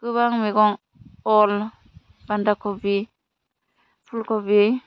गोबां मैगं अल बान्दा खफि फुल खफि